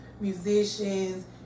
musicians